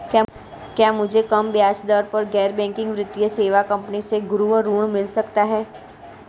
क्या मुझे कम ब्याज दर पर गैर बैंकिंग वित्तीय सेवा कंपनी से गृह ऋण मिल सकता है?